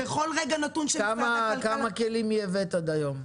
בכל רגע נתון שמשרד הכלכלה --- כמה כלים ייבאת עד היום?